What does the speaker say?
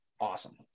Awesome